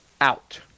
out